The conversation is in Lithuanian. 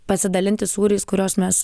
pasidalinti sūriais kuriuos mes